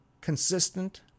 consistent